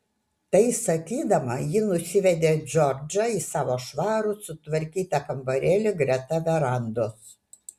tai sakydama ji nusivedė džordžą į savo švarų sutvarkytą kambarėlį greta verandos